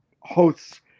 Hosts